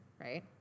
right